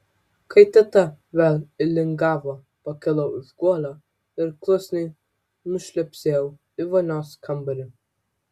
kai teta vėl įlingavo pakilau iš guolio ir klusniai nušlepsėjau į vonios kambarį